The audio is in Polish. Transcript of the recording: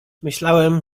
myślałam